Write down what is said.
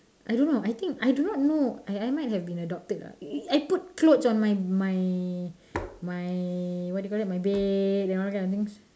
I don't know I think I do not know I might have been adopted lah I put clothes on my my my what you call that my bed all that kind of things